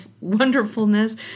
wonderfulness